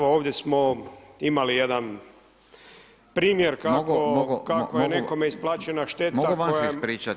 Ovdje smo imali jedan primjer kako je nekome isplaćena šteta.